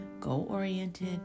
goal-oriented